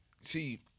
see